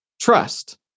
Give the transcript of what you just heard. trust